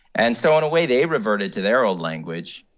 and so in a way, they reverted to their old language.